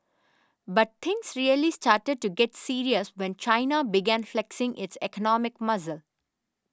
but things really started to get serious when China began flexing its economic muscle